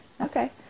okay